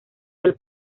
del